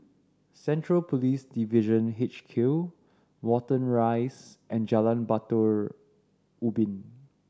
Central Police Division H Q Watten Rise and Jalan Batu Ubin